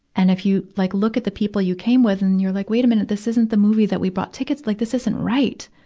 and if you like look at the people you can with and and you're like, wait a minute. this isn't the movie that we bought tickets, like this isn't right.